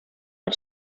per